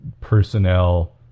personnel